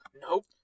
nope